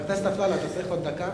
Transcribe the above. חבר הכנסת אפללו, אתה צריך עוד דקה